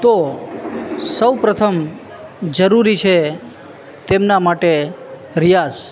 તો સૌપ્રથમ જરૂરી છે તેમના માટે રિયાઝ